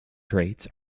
traits